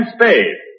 Spade